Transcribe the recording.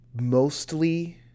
Mostly